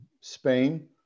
Spain